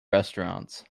restaurants